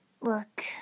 Look